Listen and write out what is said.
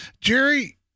Jerry